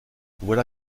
voilà